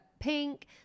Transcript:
pink